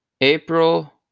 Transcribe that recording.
April